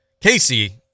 Casey